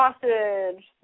sausage